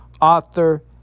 author